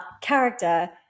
character